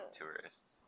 tourists